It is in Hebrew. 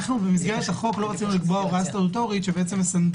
אנו במסגרת החוק לא רצינו לקבוע הוראה סטטוטורית שמסנדלת